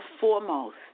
foremost